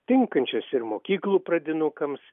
tinkančias ir mokyklų pradinukams